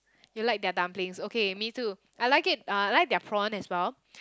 you like their dumplings okay me too I like it uh I like their prawn as well